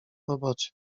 robocie